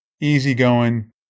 easygoing